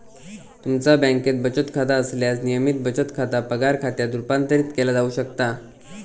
तुमचा बँकेत बचत खाता असल्यास, नियमित बचत खाता पगार खात्यात रूपांतरित केला जाऊ शकता